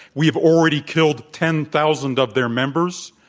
we've already killed ten thousand of their members,